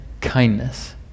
kindness